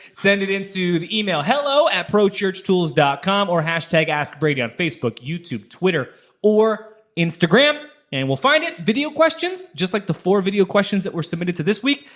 send it in to the email hello at prochurchtools dot com or hashtag askbrady on facebook, youtube, twitter or instagram and we'll find it. video questions, just like the four video questions that were submitted to this week,